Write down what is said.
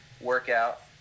workout